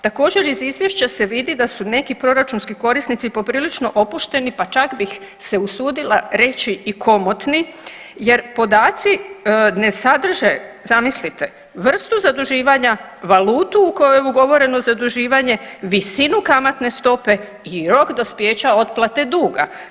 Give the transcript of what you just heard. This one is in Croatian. Također iz izvješća se vidi da su neki proračunski korisnici poprilično opušteni, pa čak bih se usudila reći i komotni, jer podaci ne sadrže zamislite vrstu zaduživanja, valutu u kojoj je ugovoreno zaduživanje, visinu kamatne stope i rok dospijeća otplate duga.